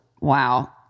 wow